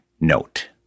note